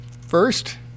first